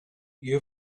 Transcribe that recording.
you